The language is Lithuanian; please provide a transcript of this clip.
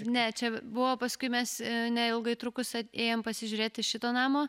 ne čia buvo paskui mes neilgai trukus ėjom pasižiūrėti šito namo